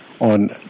on